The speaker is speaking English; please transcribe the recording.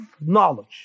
knowledge